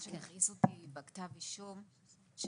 מה שהכעיס אותי בכתב האישום זה